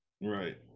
right